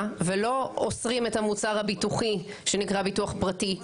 ולא אוסרים את המוצר הביטוחי שנקרא ביטוח פרטי,